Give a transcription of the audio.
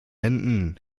händen